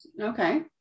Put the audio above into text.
Okay